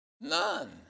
None